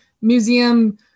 museum